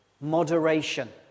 moderation